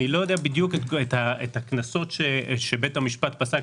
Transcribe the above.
אני לא יודע בדיוק מהם הקנסות שבית המשפט פסק.